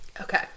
Okay